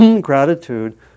gratitude